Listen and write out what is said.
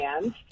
hands